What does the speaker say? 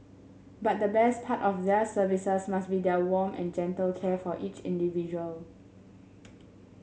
but the best part of their services must be their warm and gentle care for each individual